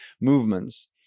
movements